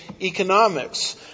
economics